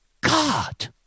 God